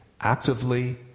actively